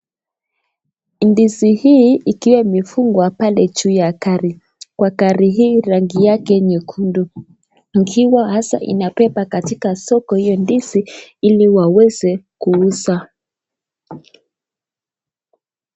Ndizi hii ikiwa imefungwa pale juu ya gari, kwa gari hii rangi yake nyekundu ikiwa hasa inabeba katika soko hiyo ndizi ili waweze kuuza.